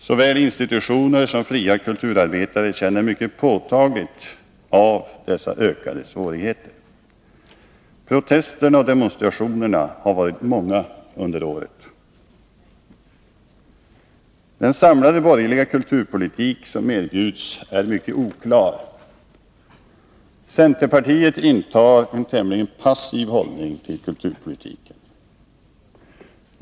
Såväl institutioner som fria kulturarbetare känner mycket påtagligt av ökade svårigheter. Protesterna och demonstrationerna har varit många under året. Den samlade borgerliga kulturpolitik som erbjuds är mycket oklar. Centerpartiet intar en tämligen passiv hållning till kulturpolitiken.